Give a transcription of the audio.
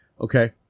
Okay